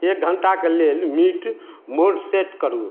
एक घंटाक लेल म्यूट मोड सेट करू